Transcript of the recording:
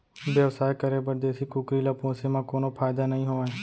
बेवसाय करे बर देसी कुकरी ल पोसे म कोनो फायदा नइ होवय